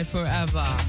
Forever